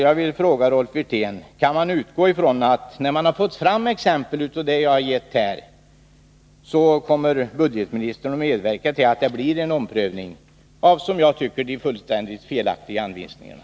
Jag vill fråga Rolf Wirtén: Kan vi utgå från att budgetministern, när man nu fått fram exempel av det slag som jag här angett, kommer att medverka till att det blir en omprövning av, som jag tycker, de fullständigt felaktiga anvisningarna.